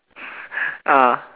ah